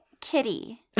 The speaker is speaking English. kitty